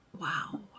wow